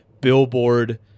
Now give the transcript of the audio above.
billboard